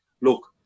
look